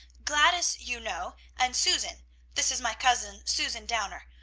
gladys, you know, and susan this is my cousin, susan downer.